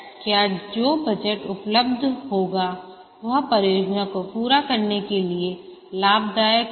क्या जो बजट उपलब्ध होगा वह परियोजना को पूरा करने के लिए लाभदायक होगा